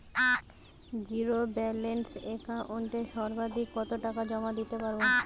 Zero balance একাউন্টে সর্বাধিক কত টাকা জমা দিতে পারব?